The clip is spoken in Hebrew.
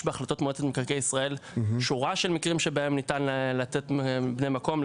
יש בהחלטות מועצת מקרקעי ישראל שורה של מקרים שבהם ניתן לתת לבני מקום,